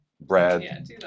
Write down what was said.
Brad